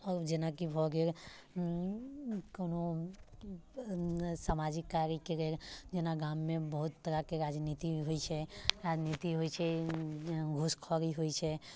ओ जेनाकि भऽ गेल कुनो समाजिक कार्यके लेल जेना गाममे बहुत तरहके राजनीति होइ छै राजनीति होइ छै घुसखोरी होइ छै